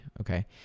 Okay